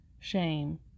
shame